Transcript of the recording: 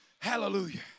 Hallelujah